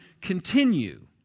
continue